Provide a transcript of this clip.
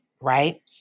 right